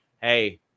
hey